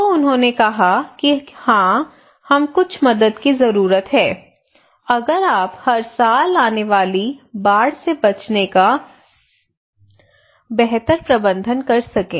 तो उन्होंने कहा कि हाँ हमें कुछ मदद की ज़रूरत है अगर आप हर साल आने वाली बाढ़ से बचने का बेहतर प्रबंधन कर सकें